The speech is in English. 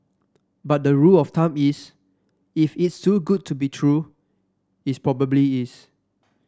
but the rule of thumb is if it's too good to be true it probably is